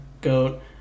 Goat